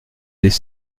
des